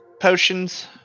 potions